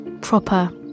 Proper